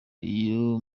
iyo